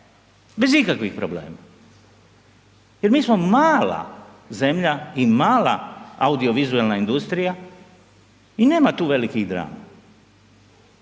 bez ikakvih problema jer mi smo mala zemlja i mala audiovizualna industrija i nema tu velikih drama.